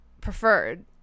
preferred